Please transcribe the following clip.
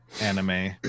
anime